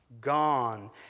gone